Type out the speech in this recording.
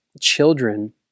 children